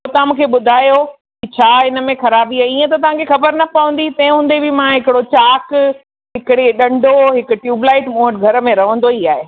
त तव्हां मूंखे ॿुधायो की छा हिन में ख़राबी आई इयं त तव्हांखे ख़बर न पवंदी तंहिं हूंदे बि मां हिकिड़ो चाक हिकिड़ी ॾंढो हिक ट्यूब्लाइट मूं वटि घर में रहंदो ई आहे